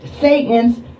Satan's